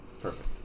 Perfect